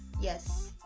Yes